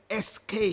SK